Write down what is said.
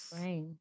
Right